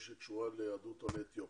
תוכנית שקשורה ליהדות עולי אתיופיה.